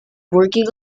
working